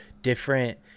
different